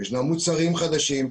יש מוצרים חדשים,